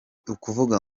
ukuvuga